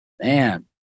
Man